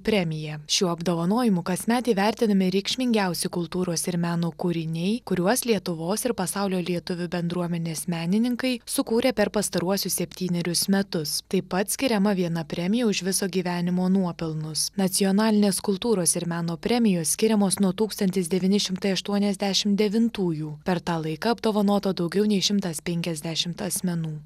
premija šiuo apdovanojimu kasmet įvertinami reikšmingiausi kultūros ir meno kūriniai kuriuos lietuvos ir pasaulio lietuvių bendruomenės menininkai sukūrė per pastaruosius septynerius metus taip pat skiriama viena premija už viso gyvenimo nuopelnus nacionalinės kultūros ir meno premijos skiriamos nuo tūkstantis devyni šimtai aštuoniasdešimt devintųjų per tą laiką apdovanota daugiau nei šimtas penkiasdešimt asmenų